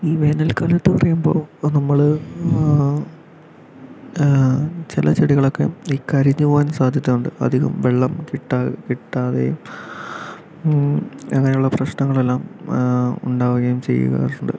ഈ വേനൽക്കാലത്ത് എന്ന് പറയുമ്പോൾ ഇപ്പൊ നമ്മള് ചില ചെടികളൊക്കെ കരിഞ്ഞു പോകാൻ സാധ്യത ഉണ്ട് അധികം വെള്ളം കിട്ടാ കിട്ടാതെ അങ്ങനെയുള്ള പ്രശ്നങ്ങളെല്ലാം ഉണ്ടാവുകയും ചെയ്യാറുണ്ട്